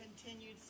continued